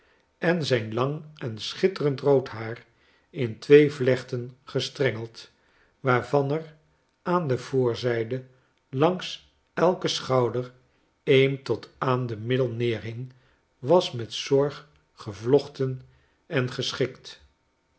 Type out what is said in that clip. en zijn lang en schitterend rood haar in twee vlechten gestrengeld waarvan er aan de voorzijde langs eiken schouder een tot aan de middel neerhing was met zorg gevlochten en geschikt